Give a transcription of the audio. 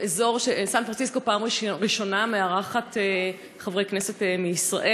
סן פרנסיסקו בפעם הראשונה מארחת חברי כנסת מישראל.